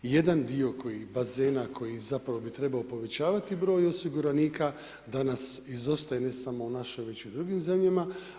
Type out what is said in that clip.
Jedan dio bazena koji, zapravo bi trebao povećavati broj osiguranika, danas izostaje, ne samo u našoj, već i drugim zemljama.